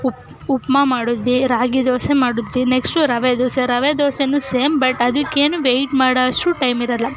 ಉಪ್ ಉಪ್ಮ ಮಾಡಿದ್ವಿ ರಾಗಿ ದೋಸೆ ಮಾಡಿದ್ವಿ ನೆಕ್ಸ್ಟು ರವೆ ದೋಸೆ ರವೆ ದೋಸೆಯೂ ಸೇಮ್ ಬಟ್ ಅದಕ್ಕೇನೂ ವೇಟ್ ಮಾಡುವಷ್ಟು ಟೈಮ್ ಇರೋಲ್ಲ